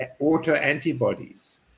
autoantibodies